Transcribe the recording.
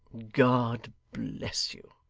god bless you